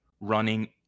running